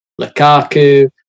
Lukaku